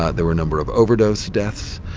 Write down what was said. ah there were a number of overdose deaths.